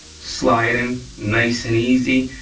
slide in, nice and easy,